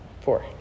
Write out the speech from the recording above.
Four